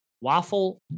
Waffle